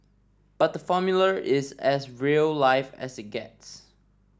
but the Formula is as real life as it gets